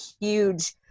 huge